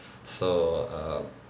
so err